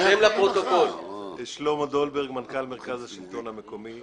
מנכ"ל מרכז השלטון המקומי.